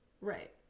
Right